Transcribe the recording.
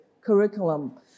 curriculum